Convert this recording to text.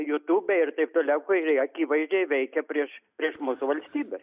jutube ir taip toliau kurie akivaizdžiai veikia prieš prieš mūsų valstybę